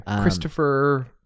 Christopher